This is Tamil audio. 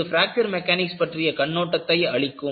இது பிராக்சர் மெக்கானிக்ஸ் பற்றிய கண்ணோட்டத்தை அளிக்கும்